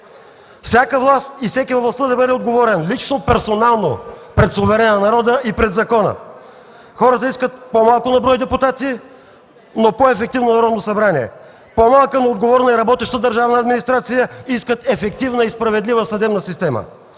Всяка власт и всеки във властта да бъде отговорен – лично и персонално, пред суверена – народът, и пред закона. Хората искат по-малко на брой депутати, но по-ефективно Народно събрание, по-малка, но отговорна и работеща държавна администрация. Искат ефективна и справедлива съдебна система.